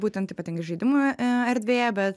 būtent ypatingai žaidimų e erdvėje bet